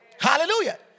hallelujah